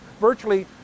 virtually